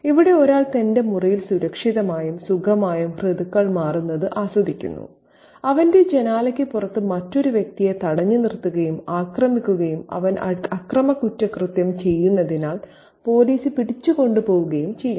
ഇവിടെ ഒരാൾ തന്റെ മുറിയിൽ സുരക്ഷിതമായും സുഖമായും ഋതുക്കൾ മാറുന്നത് ആസ്വദിക്കുന്നു അവന്റെ ജനാലയ്ക്ക് പുറത്ത് മറ്റൊരു വ്യക്തിയെ തടഞ്ഞു നിർത്തുകയും ആക്രമിക്കുകയും അവൻ അക്രമകുറ്റകൃത്യം ചെയ്തതിനാൽ പോലീസ് പിടിച്ചുകൊണ്ടുപോവുകയും ചെയ്യുന്നു